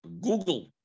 Google